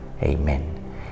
Amen